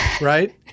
right